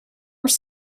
were